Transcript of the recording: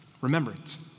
Remembrance